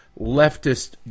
leftist